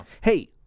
Hey